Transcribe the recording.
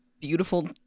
beautiful